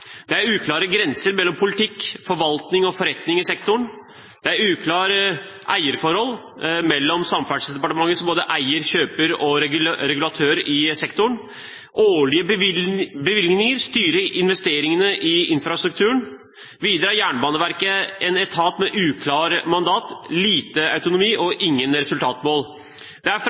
Det er uklare grenser mellom politikk, forvaltning og forretning i sektoren, og det er uklare eierforhold mellom Samferdselsdepartementet som både eier, kjøper og regulatør i sektoren. Årlige bevilgninger styrer investeringene i infrastrukturen. Videre er Jernbaneverket en etat med uklart mandat, lite autonomi og ingen resultatmål.